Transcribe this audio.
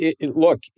look